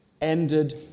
ended